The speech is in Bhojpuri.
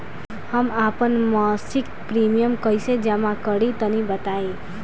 हम आपन मसिक प्रिमियम कइसे जमा करि तनि बताईं?